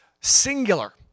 singular